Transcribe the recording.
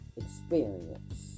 experience